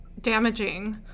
damaging